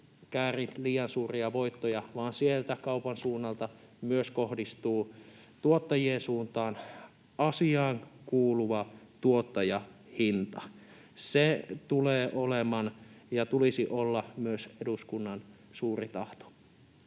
liian suuria voittoja vaan sieltä kaupan suunnalta myös kohdistuu tuottajien suuntaan asiaankuuluva tuottajahinta. Se tulee olemaan ja sen tulisi olla myös eduskunnan suuri tahto.